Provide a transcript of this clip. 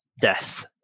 death